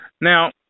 now